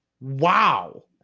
Wow